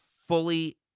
fully